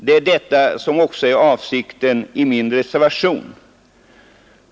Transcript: Det är detta som är avsikten med min reservation.